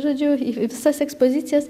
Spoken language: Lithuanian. žodžiu visas ekspozicijas